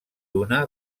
una